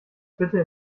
bitte